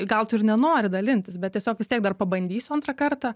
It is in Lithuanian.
gal tu ir nenori dalintis bet tiesiog vis tiek dar pabandysiu antrą kartą